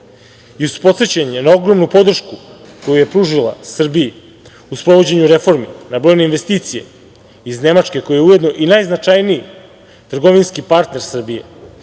i uz podsećanje na ogromnu podršku koju je pružila Srbiji u sprovođenju reformi, na brojne investicije iz Nemačke, koja je ujedno i najznačajniji trgovinski partner Srbije,